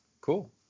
cool